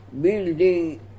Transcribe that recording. building